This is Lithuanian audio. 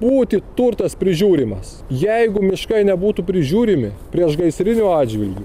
būti turtas prižiūrimas jeigu miškai nebūtų prižiūrimi priešgaisriniu atžvilgiu